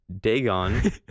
Dagon